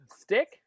stick